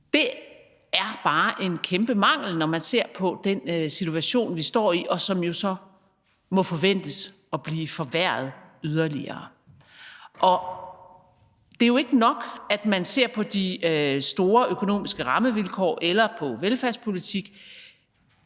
Det er bare en kæmpe mangel, når man ser på den situation, vi står i, og som jo så må forventes at blive forværret yderligere. Det er jo ikke nok, at man ser på de store økonomiske rammevilkår eller på velfærdspolitik.